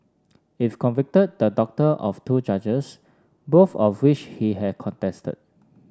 if convicted the doctor of two charges both of which he had contested